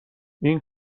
این